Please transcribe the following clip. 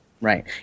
Right